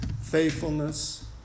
faithfulness